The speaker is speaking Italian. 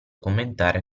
commentare